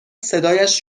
صدایش